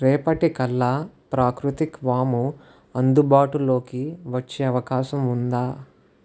రేపటి కల్లా ప్రాకృతిక్ వాము అందుబాటులోకి వచ్చే అవకాశం ఉందా